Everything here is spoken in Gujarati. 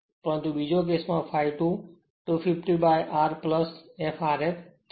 પરંતુ બીજો કેસ માં ∅2 250 by R f Rf થશે